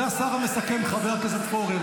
זה השר המסכם, חבר הכנסת פורר.